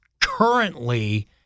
currently